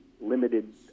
limited